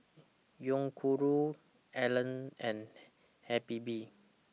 Yoguru Elle and Habibie